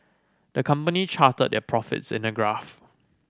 the company charted their profits in a graph